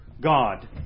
God